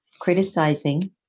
criticizing